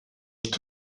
est